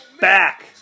back